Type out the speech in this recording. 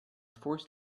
forced